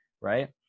right